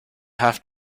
have